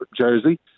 jersey